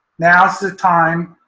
now's the time,